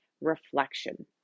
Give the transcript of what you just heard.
reflection